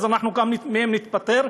אז אנחנו גם מהם נתפטר,